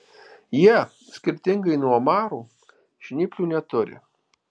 jie skirtingai nuo omarų žnyplių neturi